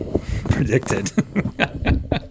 predicted